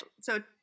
So-